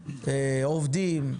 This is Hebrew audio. עובדים,